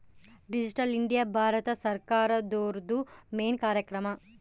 digital India Bharat ಸರ್ಕಾರ್ದೊರ್ದು main ಕಾರ್ಯಕ್ರಮ